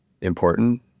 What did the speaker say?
important